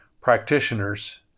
practitioners